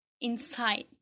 inside